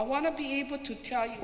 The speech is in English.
i want to be able to tell you